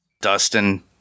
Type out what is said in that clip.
Dustin